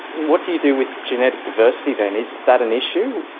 what do you do with genetic diversity then? is that an issue?